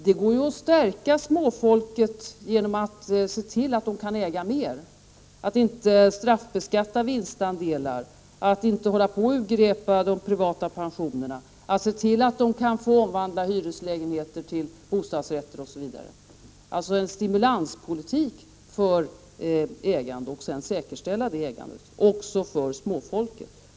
Det går att stärka småfolket genom att se till att de kan äga mer, genom att inte straffbeskatta vinstandelar, genom att sluta urgröpa de privata pensionerna, genom att se till att man kan få omvandla hyreslägenheter till bostadsrätter, osv. — alltså en politik för att stimulera ägande och sedan säkerställa detta ägande också för småfolket.